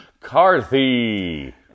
Carthy